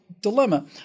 dilemma